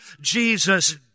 Jesus